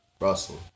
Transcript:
Russell